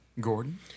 Gordon